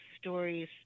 stories